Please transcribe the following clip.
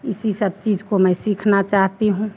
इसी सब चीज को मैं सीखना चाहती हूँ